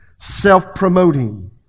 self-promoting